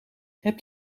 heb